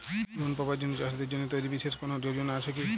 Loan পাবার জন্য চাষীদের জন্য তৈরি বিশেষ কোনো যোজনা আছে কি?